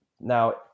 Now